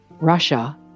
Russia